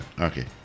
Okay